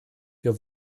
wir